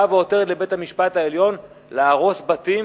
באה ועותרת בבית-המשפט העליון, להרוס בתים